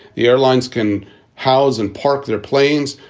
the airlines can house and park their planes.